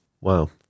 Wow